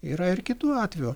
yra ir kitų atvejų